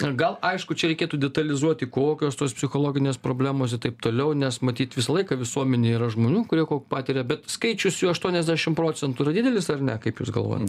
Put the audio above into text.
gal aišku čia reikėtų detalizuoti kokios tos psichologinės problemos ir taip toliau nes matyt visą laiką visuomenėj yra žmonių kurie ko patiria bet skaičius aštuoniasdešim procentų yra didelis ar ne kaip jūs galvojat